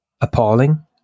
appalling